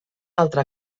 altra